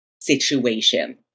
situation